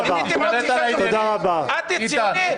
ציוני?